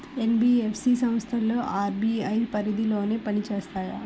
NBFC సంస్థలు RBI పరిధిలోనే పని చేస్తాయా?